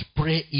pray